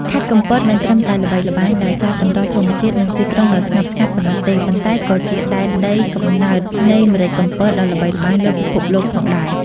ខេត្តកំពតមិនត្រឹមតែល្បីល្បាញដោយសារសម្រស់ធម្មជាតិ និងទីក្រុងដ៏ស្ងប់ស្ងាត់ប៉ុណ្ណោះទេ ប៉ុន្តែក៏ជាដែនដីកំណើតនៃ ម្រេចកំពត ដ៏ល្បីល្បាញលើពិភពលោកផងដែរ ។